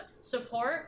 support